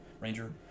ranger